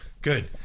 Good